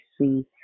see